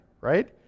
right